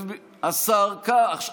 השר כץ,